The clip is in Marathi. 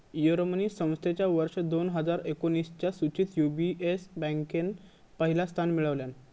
यूरोमनी संस्थेच्या वर्ष दोन हजार एकोणीसच्या सुचीत यू.बी.एस बँकेन पहिला स्थान मिळवल्यान